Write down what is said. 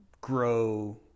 grow